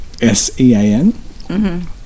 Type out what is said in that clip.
S-E-A-N